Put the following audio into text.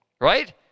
right